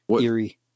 eerie